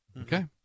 okay